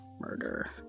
Murder